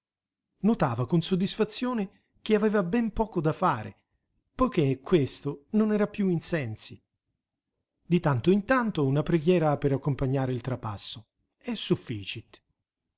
notava con soddisfazione che aveva ben poco da fare poiché questo non era più in sensi di tanto in tanto una preghiera per accompagnare il trapasso e sufficit